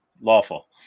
lawful